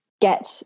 get